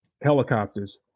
helicopters